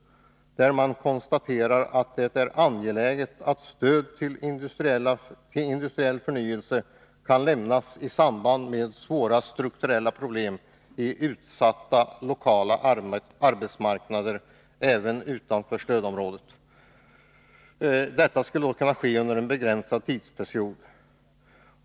I reservationen konstateras att det är angeläget att stöd till industriell förnyelse kan lämnas i samband med svåra strukturproblem i utsatta lokala arbetsmarknader även utanför stödområdet. Detta skulle kunna ske under en begränsad tidsperiod.